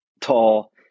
tall